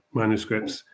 manuscripts